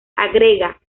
agrega